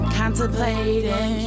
contemplating